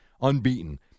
Unbeaten